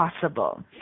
possible